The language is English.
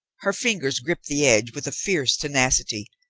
her fingers gripped the edge with fierce tenacity,